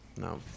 No